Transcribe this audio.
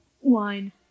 wine